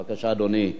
בבקשה, אדוני,